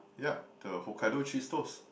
yeah the Hokkaido cheese toast